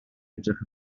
edrych